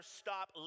stop